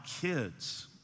kids